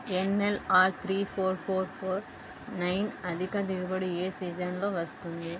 NLR three four four four nine అధిక దిగుబడి ఏ సీజన్లలో వస్తుంది?